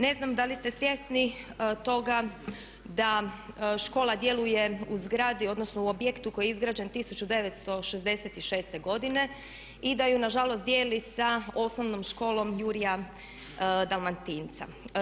Ne znam da li ste svjesni toga da škola djeluje u zgradi odnosno u objektu koji je izgrađen 1966. godine i da je nažalost dijeli sa osnovnom školom "Jurja Dalmatinca"